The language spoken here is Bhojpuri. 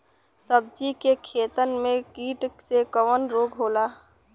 सब्जी के खेतन में कीट से कवन रोग होला?